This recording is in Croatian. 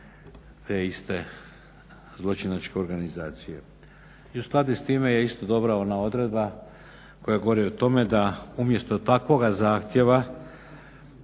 te iste zločinačke organizacije. I u skladu s time je isto dobra ona odredba koja govori o tome da umjesto takvoga zahtjeva